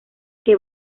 que